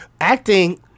acting